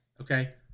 Okay